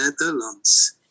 Netherlands